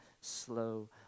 slow